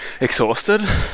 exhausted